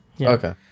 Okay